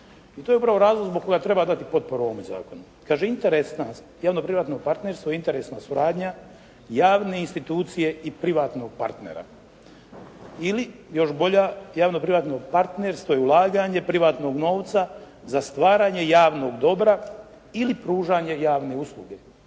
i to je upravo razlog zbog kojega treba dati potporu ovome zakonu. Kaže interesna javno-privatno partnerstvo interesna suradnja javne institucije i privatnog partnera ili još bolja, javno-privatno partnerstvo je ulaganje privatnog novca za stvaranje javnog dobra ili pružanje javne usluge.